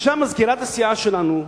ניגשה מזכירת הסיעה שלנו,